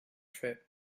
trip